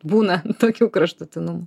būna tokių kraštutinumų